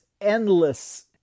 endless